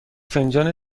فنجان